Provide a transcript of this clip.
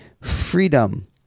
freedom